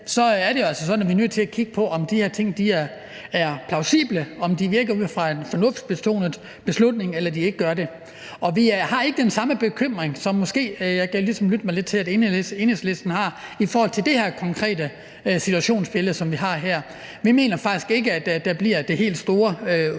altså nødt til at kigge på, om de her ting er plausible, om de virker ud fra en fornuftsbetonet beslutning eller de ikke gør det. Og vi har ikke den samme bekymring, som jeg ligesom kan lytte mig lidt til at Enhedslisten måske har, i forhold til det konkrete situationsbillede, som vi har her. Vi mener faktisk ikke, at der bliver det helt store problem